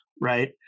Right